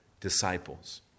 disciples